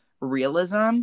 realism